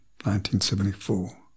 1974